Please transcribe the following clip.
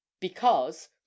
Because